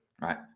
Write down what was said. right